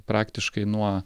praktiškai nuo